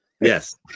Yes